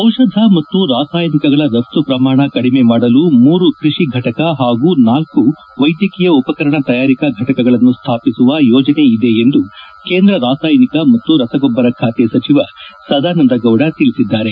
ಔಷಧ ಮತ್ತು ರಾಸಾಯನಿಕಗಳ ರಫ್ತು ಪ್ರಮಾಣ ಕಡಿಮೆ ಮಾಡಲು ಮೂರು ಕೃಷಿ ಫಟಕ ಹಾಗೂ ನಾಲ್ಕು ವೈದ್ಯಕೀಯ ಉಪಕರಣ ತಯಾರಿಕಾ ಘಟಕಗಳನ್ನು ಸ್ವಾಪಿಸುವ ಯೋಜನೆ ಇದೆ ಎಂದು ಕೇಂದ್ರ ರಾಸಾಯನಿಕ ಮತ್ತು ರಸಗೊಬ್ಬರ ಖಾತೆ ಸಚಿವ ಸದಾನಂದ ಗೌಡ ತಿಳಿಸಿದ್ದಾರೆ